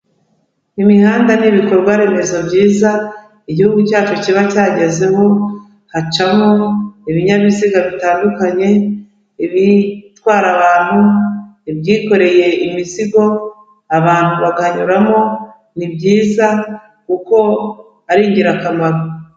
Imihanda ni ibikorwa remezo byiza igihugu cyacu kiba cyagezeho, hacamo ibinyabiziga bitandukanye, ibitwara abantu, ibyikoreye imizigo, abantu bakanyuramo, ni byiza kuko ari ingirakamaro.